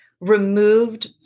removed